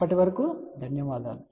అప్పటి వరకు ధన్యవాదాలు